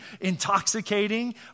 intoxicating